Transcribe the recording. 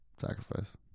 Sacrifice